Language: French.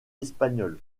espagnols